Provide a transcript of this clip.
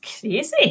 crazy